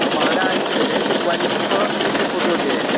तऽ महँगा ई भेलै कि क्वालिटी फर्क रहै छै फोटोके